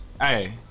Hey